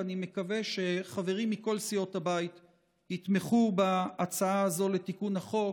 ואני מקווה שחברים מכל סיעות הבית יתמכו בהצעה הזאת לתיקון החוק,